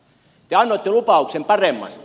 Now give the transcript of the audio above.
te annoitte lupauksen paremmasta